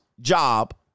job